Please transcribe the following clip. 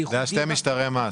שני משטרי מס.